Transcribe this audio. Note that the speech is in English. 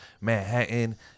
Manhattan